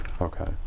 Okay